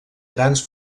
grans